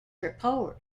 report